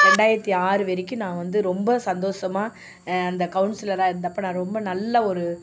ரெண்டாயிரத்தி ஆறு வரைக்கும் நான் வந்து ரொம்ப சந்தோஷமாக அந்த கவுன்சிலராக இருந்தப்போ நான் ரொம்ப நல்லா ஒரு